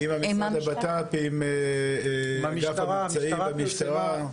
עם המשרד לבט"פ, עם אגף המבצעים והמשטרה.